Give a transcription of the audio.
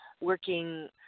working